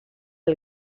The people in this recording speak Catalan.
del